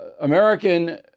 American